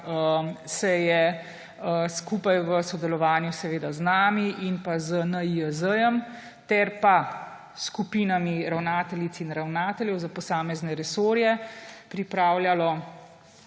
se je skupaj v sodelovanju seveda z nami in z NIJZ ter skupinami ravnateljic in ravnateljev za posamezne resorje pripravljalo